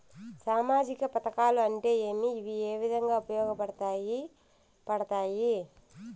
సామాజిక పథకాలు అంటే ఏమి? ఇవి ఏ విధంగా ఉపయోగపడతాయి పడతాయి?